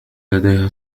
لديها